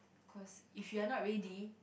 cause if you are not ready